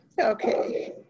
Okay